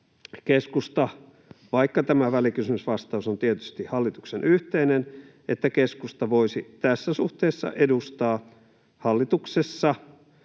vaikka tämä välikysymysvastaus on tietysti hallituksen yhteinen, keskusta voisi tässä suhteessa edustaa hallituksessa